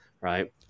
right